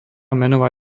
menová